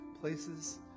places